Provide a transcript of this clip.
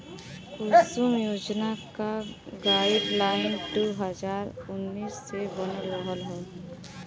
कुसुम योजना क गाइडलाइन दू हज़ार उन्नीस मे बनल रहल